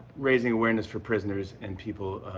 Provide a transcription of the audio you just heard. raising awareness for prisoners and people